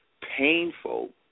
painful